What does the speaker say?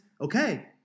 okay